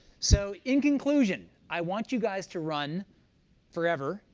so in conclusion, i want you guys to run forever.